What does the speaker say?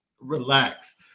relax